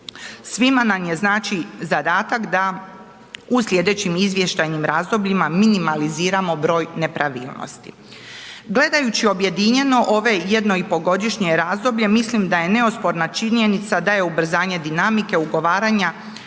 Svima nam je, znači, zadatak da u slijedećim izvještajnim razdobljima minimaliziramo broj nepravilnosti. Gledajući objedinjeno ove jedno i po godišnje razdoblje, mislim da je neosporna činjenica da je ubrzanje dinamike ugovaranja